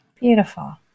beautiful